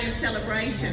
Celebration